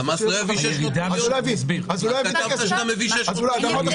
אבל כתבת שאתה מביא 600 מיליון.